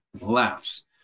laughs